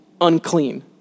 unclean